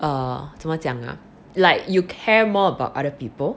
err 怎么讲 ah like you care more about other people